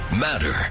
matter